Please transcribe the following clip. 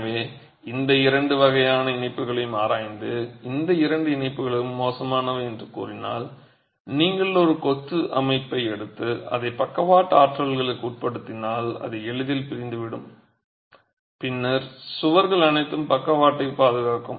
எனவே இந்த இரண்டு வகையான இணைப்புகளையும் ஆராய்ந்து இந்த இரண்டு இணைப்புகளும் மோசமானவை என்று கூறினால் நீங்கள் ஒரு கொத்து அமைப்பை எடுத்து அதை பக்கவாட்டு ஆற்றல்களுக்கு உட்படுத்தினால் அது எளிதில் பிரிந்துவிடும் பின்னர் சுவர்கள் அனைத்தும் பக்கவாட்டைப் பாதுகாக்கும்